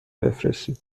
بفرستید